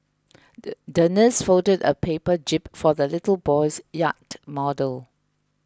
the nurse folded a paper jib for the little boy's yacht model